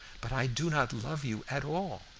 but i do not love you at all,